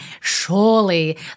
surely